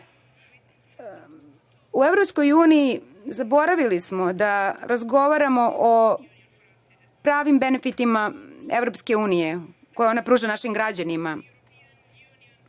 EU zaboravili smo da razgovaramo o pravim benefitima EU koje ona pruža našim građanima.(Narodni